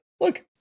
Look